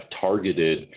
targeted